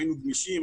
היינו גמישים,